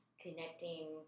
connecting